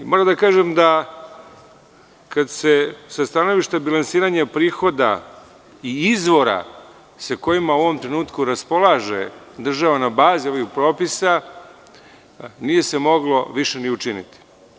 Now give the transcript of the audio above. Moram da kažem da, kada se sa stanovišta bilansiranja prihoda i izvora sa kojima u ovom trenutku raspolaže država na bazi ovih propisa, nije se moglo više ni učiniti.